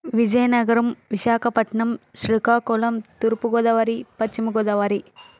Vizianagaram Visakhapatnam Srikakulam Thurpu Godavari Paschima Godavari